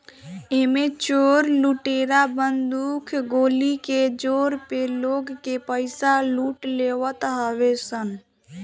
एमे चोर लुटेरा बंदूक गोली के जोर पे लोग के पईसा लूट लेवत हवे सन